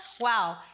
wow